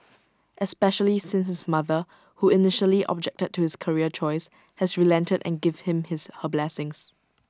especially since his mother who initially objected to his career choice has relented and given him his her blessings